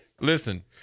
listen